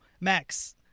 Max